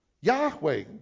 Yahweh